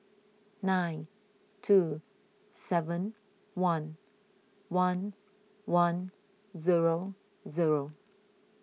nine two seven one one one zero zero